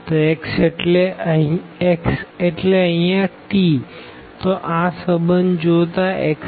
તો x એટલે અહિયાં tતો આ સંબંધ જોતા xg